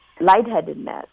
lightheadedness